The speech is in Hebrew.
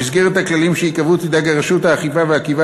במסגרת הכללים שייקבעו תדאג רשות האכיפה והגבייה